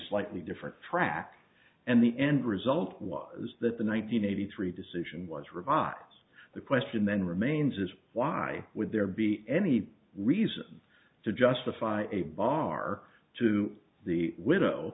slightly different track and the end result was that the one hundred eighty three decision was revise the question then remains is why would there be any reason to justify a bar to the widow